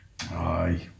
Aye